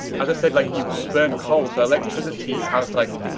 as i said, like, you burn coal. so electricity has, like,